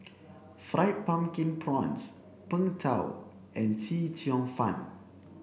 fried pumpkin prawns Png Tao and Chee Cheong fun